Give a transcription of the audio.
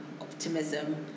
optimism